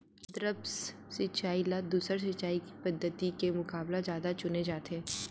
द्रप्स सिंचाई ला दूसर सिंचाई पद्धिति के मुकाबला जादा चुने जाथे